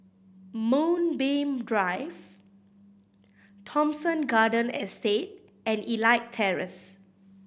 Moonbeam Drive Thomson Garden Estate and Elite Terrace